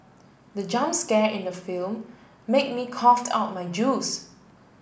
the jump scare in the film made me coughed out my juice